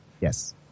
Yes